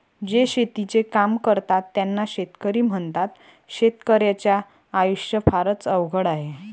जे शेतीचे काम करतात त्यांना शेतकरी म्हणतात, शेतकर्याच्या आयुष्य फारच अवघड आहे